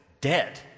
dead